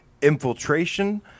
infiltration